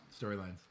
Storylines